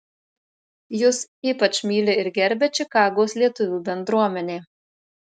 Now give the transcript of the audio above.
jus ypač myli ir gerbia čikagos lietuvių bendruomenė